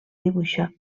dibuixar